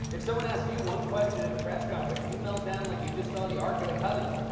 if someone asked you one question at a press conference, you melt down like you just saw the arc of the covenant.